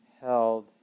held